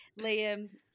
Liam